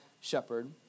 shepherd